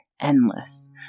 endless